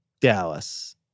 Dallas